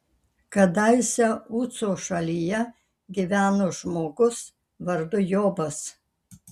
kadaise uco šalyje gyveno žmogus vardu jobas